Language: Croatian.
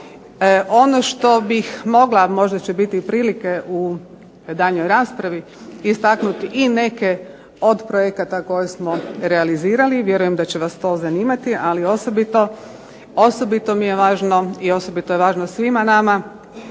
Ono što bih mogla, a možda će biti i prilike u daljnjoj raspravi, istaknuti i neke od projekata koje smo realizirali, vjerujem da će vas to zanimati, ali osobito mi je važno i osobito je važno svima nama